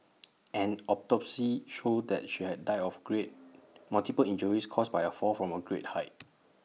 an autopsy showed that she had died of great multiple injuries caused by A fall from A great height